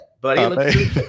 buddy